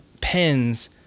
pens